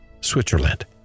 Switzerland